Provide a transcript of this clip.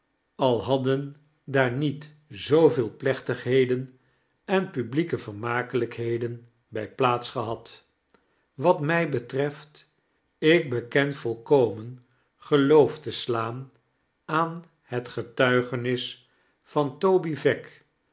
al hadden daar niet zooveel plechtigheden en publieke vermakelijkheden bij plaats gebad wat mij betreft ik beken volkomen geloof te slaan aan bet getuigenis van toby veck